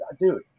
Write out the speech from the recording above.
dude